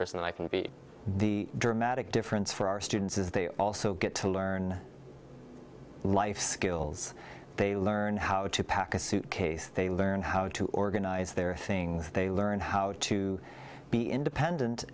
person i can be the dramatic difference for our students is they also get to learn life skills they learned how to pack a suitcase they learned how to organize their things they learned how to be independent